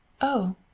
Oh